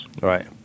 Right